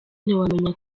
ntiwamenya